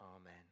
Amen